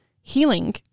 Healing